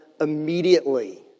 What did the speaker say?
immediately